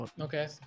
Okay